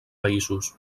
països